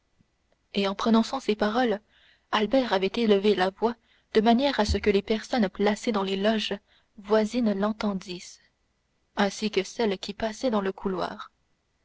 et en prononçant ces paroles albert avait élevé la voix de manière à ce que les personnes placées dans les loges voisines l'entendissent ainsi que celles qui passaient dans le couloir